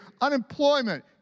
Unemployment